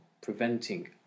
preventing